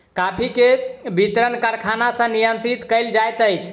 coffee के वितरण कारखाना सॅ नियंत्रित कयल जाइत अछि